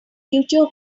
future